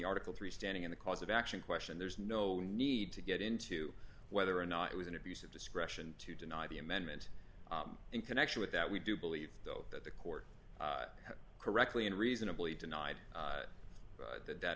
article three standing in the cause of action question there is no need to get into whether or not it was an abuse of discretion to deny the amendment in connection with that we do believe though that the court correctly and reasonably denied that that